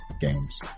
games